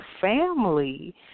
family